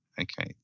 okay